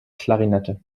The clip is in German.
klarinette